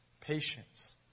patience